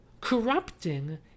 corrupting